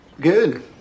Good